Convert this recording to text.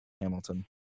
Hamilton